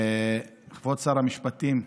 כבוד שר המשפטים,